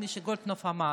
כפי שגולדקנופ אמר.